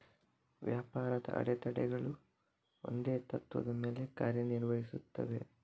ವ್ಯಾಪಾರದ ಅಡೆತಡೆಗಳು ಒಂದೇ ತತ್ತ್ವದ ಮೇಲೆ ಕಾರ್ಯ ನಿರ್ವಹಿಸುತ್ತವೆ